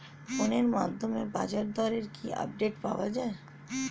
ফোনের মাধ্যমে বাজারদরের কি আপডেট পাওয়া যায়?